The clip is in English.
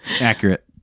Accurate